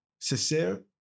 Césaire